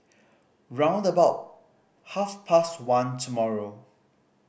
round about half past one tomorrow